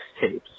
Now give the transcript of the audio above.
tapes